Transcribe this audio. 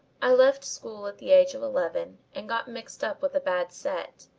i left school at the age of eleven and got mixed up with a bad set,